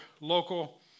local